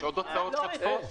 יש עוד הוצאות שוטפות?